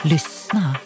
Lyssna